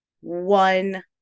one